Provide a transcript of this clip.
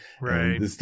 Right